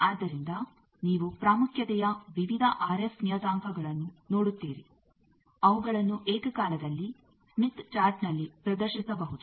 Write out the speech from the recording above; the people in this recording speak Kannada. ಆದ್ದರಿಂದ ನೀವು ಪ್ರಾಮುಖ್ಯತೆಯ ವಿವಿಧ ಆರ್ಎಫ್ ನಿಯತಾಂಕಗಳನ್ನು ನೋಡುತ್ತೀರಿ ಅವುಗಳನ್ನು ಏಕಕಾಲದಲ್ಲಿ ಸ್ಮಿತ್ ಚಾರ್ಟ್ನಲ್ಲಿ ಪ್ರದರ್ಶಿಸಬಹುದು